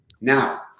now